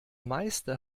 meiste